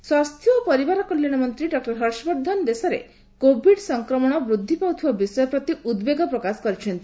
ହର୍ଷବର୍ଦ୍ଧନ ସ୍ୱାସ୍ଥ୍ୟ ଓ ପରିବାର କଲ୍ୟାଣ ମନ୍ତ୍ରୀ ଡକୁର ହର୍ଷବର୍ଦ୍ଧନ ଦେଶରେ କୋଭିଡ ସଂକ୍ରମଣ ବୃଦ୍ଧି ପାଉଥିବା ବିଷୟ ପ୍ରତି ଉଦ୍ବେଗ ପ୍ରକାଶ କରିଛନ୍ତି